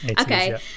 okay